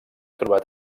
trobat